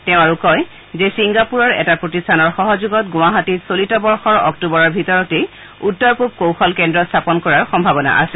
তেওঁ আৰু কয় যে ছিংগাপুৰৰ এটা প্ৰতিষ্ঠানৰ সহযোগত গুৱাহাটীত চলিত বৰ্ষৰ অক্টোবৰৰ ভিতৰতে উত্তৰ পূব কৌশল কেন্দ্ৰ স্থাপন কৰাৰ সম্ভাৱনা আছে